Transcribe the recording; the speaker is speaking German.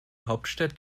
hauptstadt